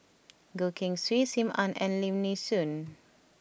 Goh Keng Swee Sim Ann and Lim Nee Soon